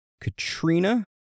Katrina